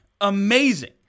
amazing